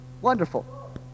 wonderful